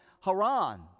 Haran